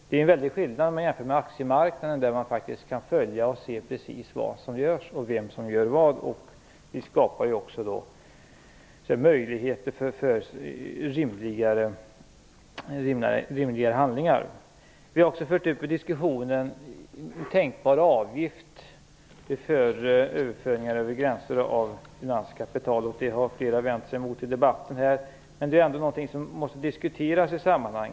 Det är en stor skillnad jämfört med aktiemarknaden. Där kan man faktiskt följa och se precis vad som görs och vem som gör vad. Det skapar också möjligheter för rimligare handlingar. Vi har också till diskussion fört upp en tänkbar avgift för överföringar av finanskapital över gränser. Detta har flera vänt sig emot i debatten i dag. Men det är någonting som måste diskuteras i detta sammanhang.